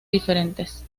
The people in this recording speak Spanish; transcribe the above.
diferentes